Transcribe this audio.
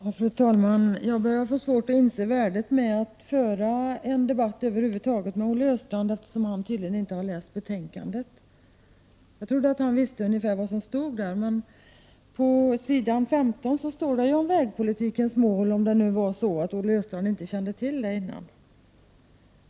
Fru talman! Det börjar bli svårt för mig att inse värdet med en debatt över huvud taget med Olle Östrand. Tydligen har han inte läst betänkandet. Jag trodde att han på ett ungefär visste vad som står där. På s. 15 kan man läsa om vägpolitikens mål — om nu Olle Östrand inte känner till den saken.